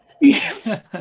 yes